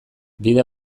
bide